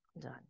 done